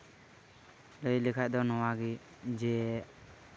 ᱞᱟᱹᱭ ᱞᱮᱠᱷᱟᱡ ᱫᱚ ᱱᱚᱣᱟᱜᱮ ᱡᱮ